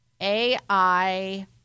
AI